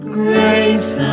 grace